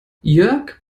jörg